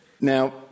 Now